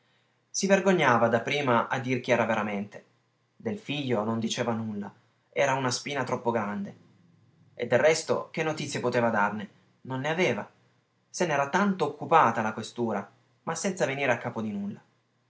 si vergognava dapprima a dir chi era veramente del figlio non diceva nulla era una spina troppo grande e del resto che notizie poteva darne non ne aveva se n'era tanto occupata la questura ma senza venire a capo di nulla